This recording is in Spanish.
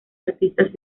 artistas